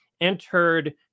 entered